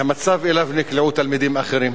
מהמצב שאליו נקלעו תלמידים אחרים.